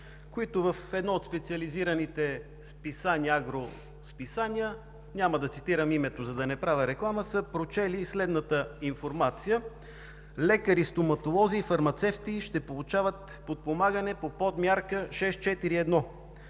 които в едно от специализираните агросписания – няма да цитирам името, за да не правя реклама – са прочели следната информация: „Лекари-стоматолози и фармацевти ще получават подпомагане по подмярка 6.4.1“.